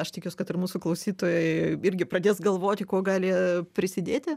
aš tikiuos kad ir mūsų klausytojai irgi pradės galvoti kuo gali prisidėti